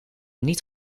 niet